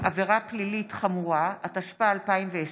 הפחמימני המעובה, התשפ"א 2020,